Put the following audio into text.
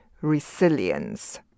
resilience